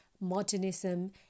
modernism